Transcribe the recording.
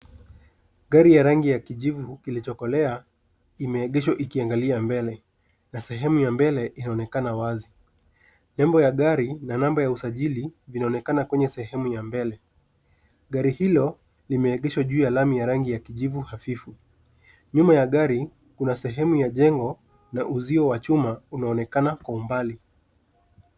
Gari ya rangi ya kijivu kilichokolea imeegeshwa ikiangalia mbele na sehemu ya mbele inaonekana wazi. Nembo ya gari na namba ya usajili vinaonekana kwenye sehemu ya mbele. Gari hilo limeegeshwa juu ya lami ya rangi ya kijivu hafifu. Nyuma ya gari kuna sehemu ya jengo na uzio wa chuma unaonekana kwa umbali.